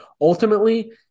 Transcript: Ultimately